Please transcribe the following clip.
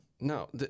no